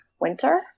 winter